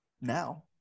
now